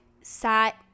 sat